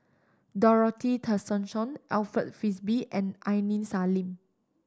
Dorothy Tessensohn Alfred Frisby and Aini Salim